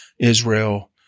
Israel